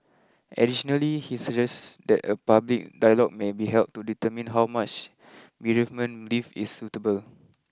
additionally he suggests that a public dialogue may be held to determine how much bereavement leave is suitable